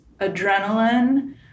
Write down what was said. adrenaline